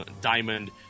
Diamond